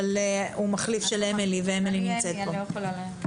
אבל הוא מחליף של אמילי ואמילי נמצאת פה.